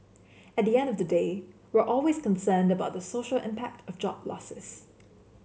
at the end of the day we're always concerned about the social impact of job losses